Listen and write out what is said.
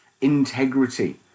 Integrity